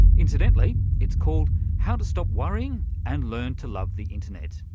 incidentally it's called how to stop worrying and learn to love the internet.